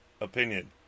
opinion